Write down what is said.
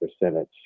percentage